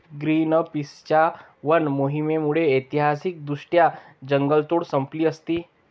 ग्रीनपीसच्या वन मोहिमेमुळे ऐतिहासिकदृष्ट्या जंगलतोड संपली असती